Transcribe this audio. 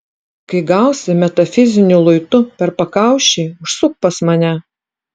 kai gausi metafiziniu luitu per pakaušį užsuk pas mane